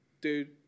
Dude